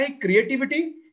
creativity